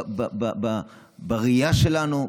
בראייה שלנו,